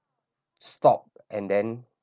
stop and then